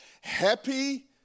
happy